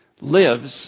lives